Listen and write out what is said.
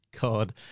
God